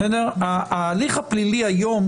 ההליך הפלילי היום